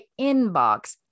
inbox